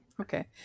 okay